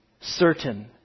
certain